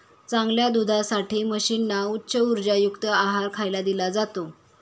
चांगल्या दुधासाठी म्हशींना उच्च उर्जायुक्त आहार खायला दिला जातो